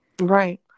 Right